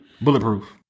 Bulletproof